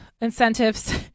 incentives